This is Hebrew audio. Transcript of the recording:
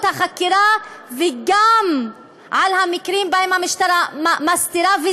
החקירה וגם על המקרים שבהם המשטרה מסתירה.